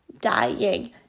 dying